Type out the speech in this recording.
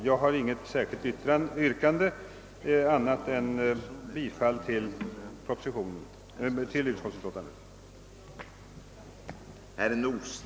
Jag har inget annat yrkande än om bifall till utskottsutlåtandet.